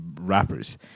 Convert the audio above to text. rappers